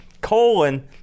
colon